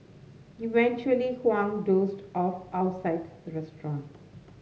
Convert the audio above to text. eventually Huang dozed off outside the restaurant